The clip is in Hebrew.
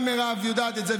גם מירב יודעת את זה,